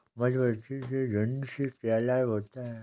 मधुमक्खी के झुंड से क्या लाभ होता है?